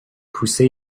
کوسه